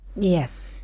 Yes